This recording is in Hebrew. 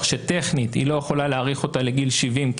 שטכנית היא לא יכולה להאריך אותה לגיל 70,